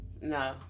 No